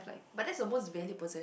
but that's a most valued possess